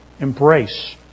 embrace